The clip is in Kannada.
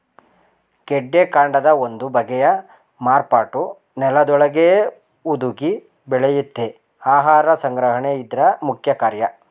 ಗೆಡ್ಡೆಕಾಂಡದ ಒಂದು ಬಗೆಯ ಮಾರ್ಪಾಟು ನೆಲದೊಳಗೇ ಹುದುಗಿ ಬೆಳೆಯುತ್ತೆ ಆಹಾರ ಸಂಗ್ರಹಣೆ ಇದ್ರ ಮುಖ್ಯಕಾರ್ಯ